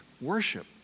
worship